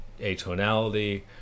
atonality